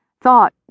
thought